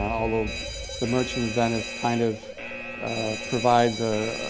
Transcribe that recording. although the merchant of venice kind of provides a,